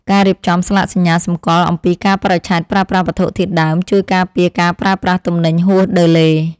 ការរៀបចំស្លាកសញ្ញាសម្គាល់អំពីកាលបរិច្ឆេទប្រើប្រាស់វត្ថុធាតុដើម ជួយការពារការប្រើប្រាស់ទំនិញហួសដឺឡេ។